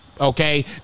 okay